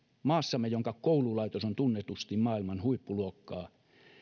maassamme jonka koululaitos on tunnetusti maailman huippuluokkaa